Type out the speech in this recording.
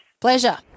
pleasure